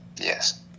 yes